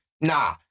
Nah